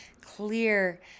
clear